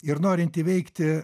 ir norint įveikti